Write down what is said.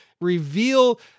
reveal